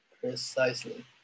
Precisely